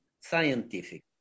scientific